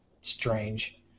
strange